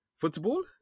Football